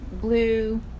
blue